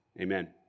Amen